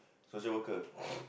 social worker